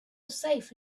safe